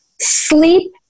Sleep